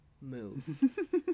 Move